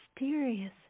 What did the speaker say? mysterious